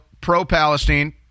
pro-Palestine